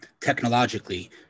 technologically